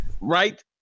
right